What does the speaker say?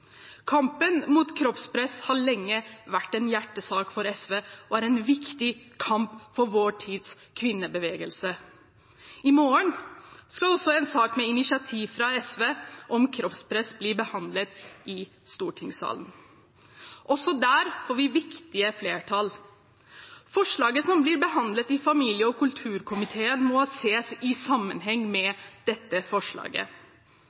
Kampen mot kroppspress har lenge vært en hjertesak for SV og er en viktig kamp for vår tids kvinnebevegelse. I morgen skal også en sak om kroppspress med initiativ fra SV bli behandlet i stortingssalen. Også der får vi viktige flertall. Det representantforslaget, som blir behandlet i familie- og kulturkomiteen, må ses i sammenheng med forslaget